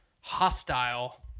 hostile